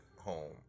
home